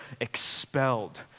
expelled